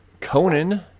Conan